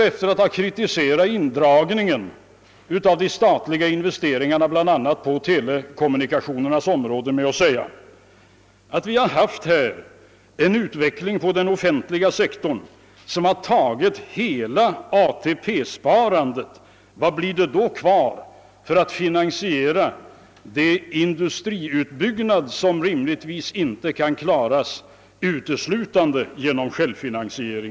Efter att ha kritiserat indragningen av statliga investeringar bl.a. på telekommunikationsområdet säger han att utvecklingen av den offentliga sektorn har tagit hela ATP sparandet i anspråk. Vad blir det då kvar för finansiering av industriutbyggnaden, som rimligtvis inte kan klaras uteslutande genom självfinansiering?